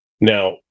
Now